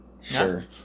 sure